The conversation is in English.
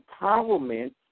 empowerment